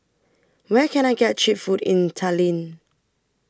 Where Can I get Cheap Food in Tallinn